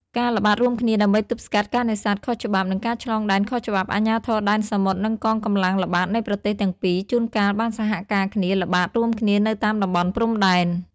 ការល្បាតរួមគ្នាដើម្បីទប់ស្កាត់ការនេសាទខុសច្បាប់ និងការឆ្លងដែនខុសច្បាប់ អាជ្ញាធរដែនសមុទ្រ និងកងកម្លាំងល្បាតនៃប្រទេសទាំងពីរជួនកាលបានសហការគ្នាល្បាតរួមគ្នានៅតាមតំបន់ព្រំដែន។